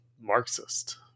Marxist